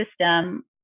system